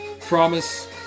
Promise